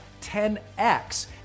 10x